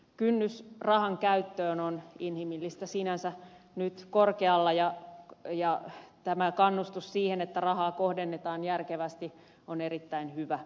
kynnys rahan käyttöön on inhimillistä sinänsä nyt korkealla ja tämä kannustus siihen että rahaa kohdennetaan järkevästi on erittäin hyvä